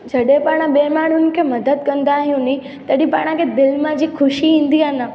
जॾहिं पाण ॿे माण्हुनि खे मदद कंदा आहियूं नी तॾहिं पाण खे जे दिलि मां जे ख़ुशी ईंदी आहे न